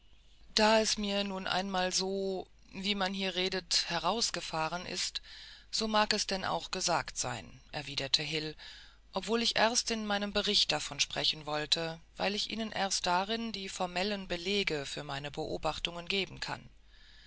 da es mir einmal so wie man hier redet herausgefahren ist so mag es denn auch gesagt sein erwiderte hil obwohl ich erst in meinem bericht davon sprechen wollte weil ich ihnen erst darin die formellen belege für meine beobachtungen geben kann